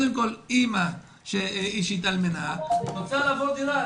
התפקיד הזה מתחיל בדבר אחד קודם כל אימא שהתאלמנה ורוצה לעבור דירה.